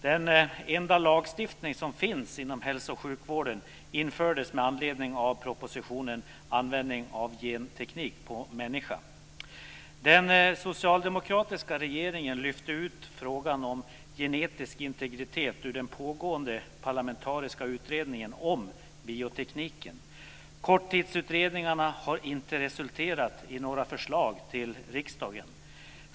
Den enda lagstiftning som finns inom hälso och sjukvården infördes med anledning av propositionen Användning av genteknik på människa. Den socialdemokratiska regeringen lyfte ut frågan om genetisk integritet ur den pågående parlamentariska utredningen om biotekniken. Korttidsutredningarna har inte resulterat i några förslag till riksdagen.